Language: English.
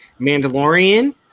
Mandalorian